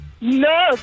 No